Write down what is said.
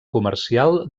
comercial